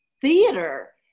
theater